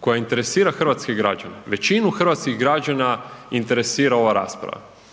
koja interesira hrvatske građane, većinu hrvatskih građana interesira ova rasprava.